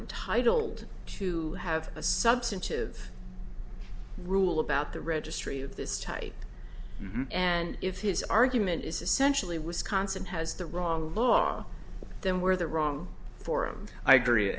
intitled to have a substantive rule about the registry of this type and if his argument is essentially wisconsin has the wrong law then where the wrong forum i agree and